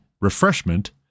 Refreshment